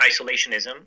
isolationism